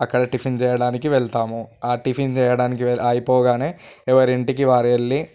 అక్కడ టిఫిన్ చేయడానికి వెళ్తాము ఆ టిఫిన్ చేయడం వె అయిపోగానే ఎవరి ఇంటికి వారి వెళ్ళి